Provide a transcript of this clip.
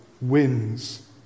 wins